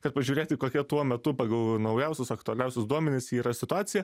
kad pažiūrėti kokia tuo metu pagal naujausius aktualiausius duomenis yra situacija